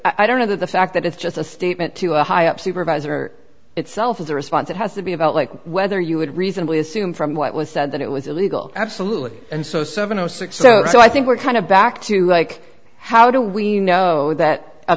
i don't know that the fact that it's just a statement to a high up supervisor itself is a response it has to be about like whether you would reasonably assume from what was said that it was illegal absolutely and so seven zero six zero so i think we're kind of back to make how do we know that a